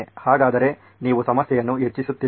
ಹಾಗಾದರೆ ನೀವು ಸಮಸ್ಯೆಯನ್ನು ಹೆಚ್ಚಿಸುತ್ತಿಲ್ಲವೇ